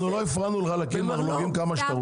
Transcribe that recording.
אנחנו לא הפרענו לך להקים מרלו"גים כמה שאתה רוצה.